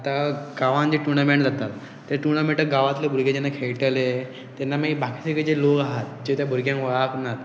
आतां गांवान जे टुर्नामेंट जाता ते टुर्नामेंटा गांवांतले भुरगे जेन्ना खेळटले तेन्ना मागीर बाकीचे खंयचे जे लोक आहात जे त्या भुरग्यांक वळखनात